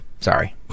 Sorry